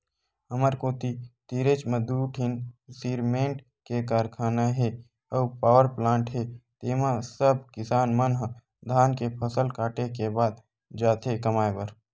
हमर कोती तीरेच म दू ठीन सिरमेंट के कारखाना हे अउ पावरप्लांट हे तेंमा सब किसान मन ह धान के फसल काटे के बाद जाथे कमाए बर